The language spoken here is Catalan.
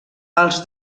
els